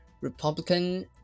Republican